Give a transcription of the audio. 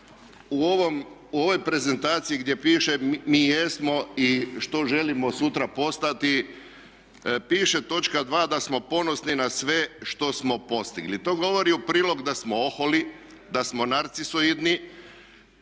u ovoj prezentaciji gdje piše mi jesmo i što želimo sutra postati, piše točka 2. da smo ponosni na sve što smo postigli. To govori u prilog da smo oholi, da smo narcisoidni.